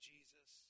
Jesus